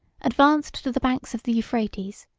advanced to the banks of the euphrates,